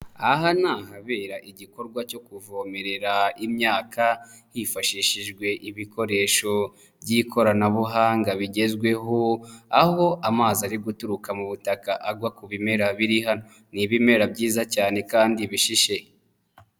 Aha ni ahabera igikorwa cyo kuvomerera imyaka hifashishijwe ibikoresho by'ikoranabuhanga bigezweho, aho amazi ari guturuka mu butaka agwa ku bimera biri hano, ni ibimera byiza cyane kandi bishishe.